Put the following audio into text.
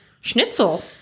Schnitzel